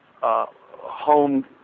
home